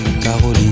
Caroline